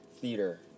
theater